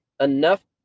enough